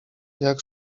jak